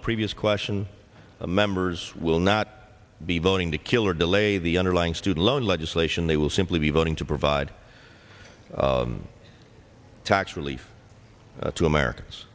the previous question members will not be voting to kill or delay the underlying student loan legislation they will simply be voting to provide tax relief to americans